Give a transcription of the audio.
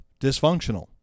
dysfunctional